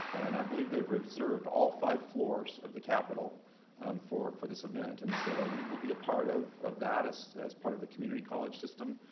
and i believe they've reserved all five floors of the capitol for for this event. and so we will be a part of of that as as part of the community college system.